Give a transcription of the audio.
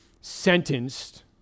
sentenced